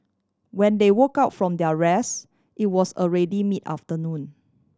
when they woke up from their rest it was already mid afternoon